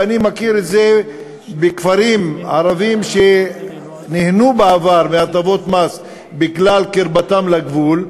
ואני מכיר את זה בכפרים ערביים שנהנו בעבר מהטבות מס בגלל קרבתם לגבול,